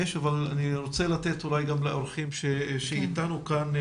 יש, אבל אני רוצה לתת אולי גם לאורחים שאיתנו כאן.